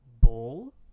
Bull